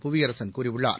புவியரசன் கூறியுள்ளார்